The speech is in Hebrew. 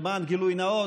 למען גילוי נאות,